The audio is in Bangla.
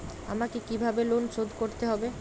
আমাকে কিভাবে লোন শোধ করতে হবে?